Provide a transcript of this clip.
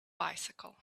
bicycle